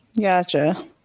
Gotcha